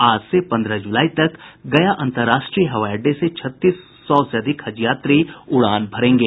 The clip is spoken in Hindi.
आज से पंद्रह ज़ुलाई तक गया अंतर्राष्ट्रीय हवाई अड़डे से छत्तीस सौ से अधिक हज यात्री उड़ान भरेंगे